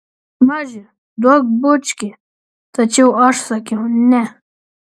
maži duok bučkį tačiau aš sakiau ne